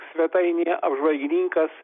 svetainėje apžvalgininkas